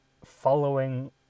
following